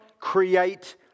create